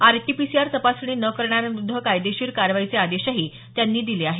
RTPCR तपासणी न करणाऱ्यांविरुध्द कायदेशीर कारवाईचे आदेशही त्यांनी दिले आहेत